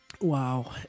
Wow